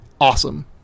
awesome